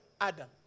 Adam